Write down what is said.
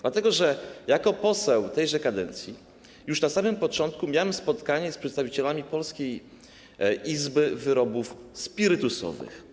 Dlatego że jako poseł tejże kadencji już na samym początku miałem spotkanie z przedstawicielami polskiej izby wyrobów spirytusowych.